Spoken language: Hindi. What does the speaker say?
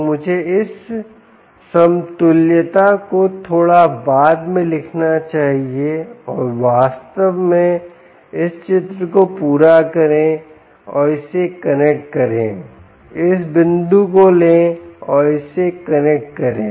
तो मुझे इस समतुल्यता को थोड़ा बाद में लिखना चाहिए और वास्तव में इस चित्र को पूरा करें और इसे कनेक्ट करें इस बिंदु को लें और इसे कनेक्ट करें